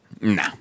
nah